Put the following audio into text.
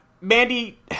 Mandy